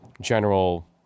general